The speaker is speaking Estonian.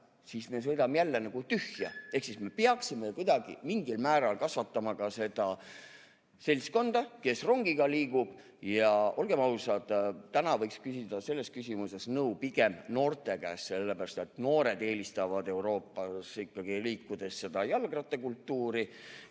ja me sõidame nagu tühja. Ehk siis me peaksime kuidagi mingil määral kasvatama ka seda seltskonda, kes rongiga liigub. Olgem ausad, täna võiks küsida selles küsimuses nõu pigem noorte käest, sellepärast et noored eelistavad Euroopas liikudes ikkagi jalgrattakultuuri